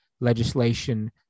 legislation